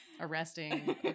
arresting